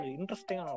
interesting